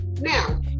Now